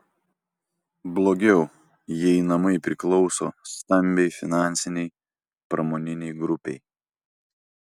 blogiau jei namai priklauso stambiai finansinei pramoninei grupei